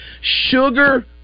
Sugar